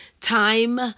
time